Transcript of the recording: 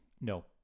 no